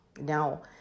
Now